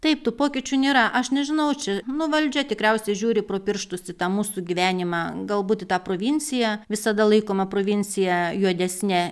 taip tų pokyčių nėra aš nežinau čia nu valdžia tikriausiai žiūri pro pirštus į tą mūsų gyvenimą galbūt į tą provinciją visada laikoma provincija juodesne